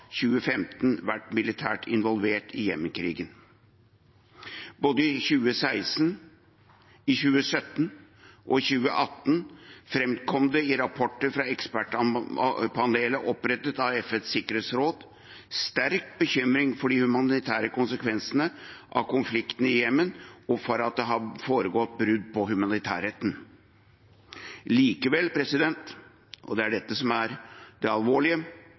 2015 vært militært involvert i Jemen-krigen. Både i 2016, i 2017 og i 2018 framkom det i rapporter fra ekspertpanelet opprettet av FNs sikkerhetsråd sterk bekymring for de humanitære konsekvensene av konflikten i Jemen og for at det har foregått brudd på humanitærretten. Likevel – og det er dette som er det alvorlige